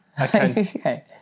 Okay